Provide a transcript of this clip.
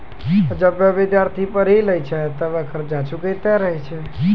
जबे विद्यार्थी पढ़ी लै छै तबे कर्जा चुकैतें रहै छै